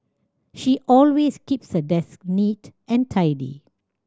she always keeps her desk neat and tidy